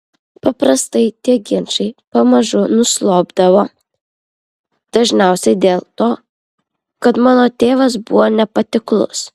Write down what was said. paprastai tie ginčai pamažu nuslopdavo dažniausiai dėl to kad mano tėvas buvo nepatiklus